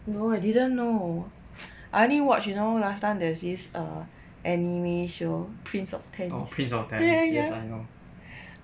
no I didn't know I only watch you know last time there's this uh anime show prince of tennis ya ya ya